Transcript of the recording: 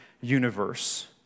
universe